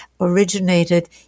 originated